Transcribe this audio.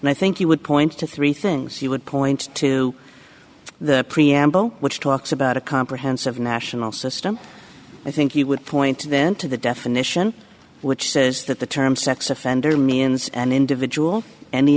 and i think you would point to three things you would point to the preamble which talks about a comprehensive national system i think you would point then to the definition which says that the term sex offender means an individual an